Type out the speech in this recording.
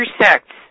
intersects